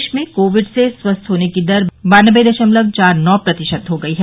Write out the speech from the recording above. देश में कोविड से स्वस्थ होने की दर बान्नबे दशमलव चार नौ प्रतिशत हो गई है